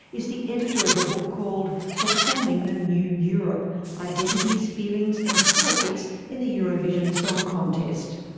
is the editor of a book called performing the new europe identities, feelings, and politics in the eurovision song contest.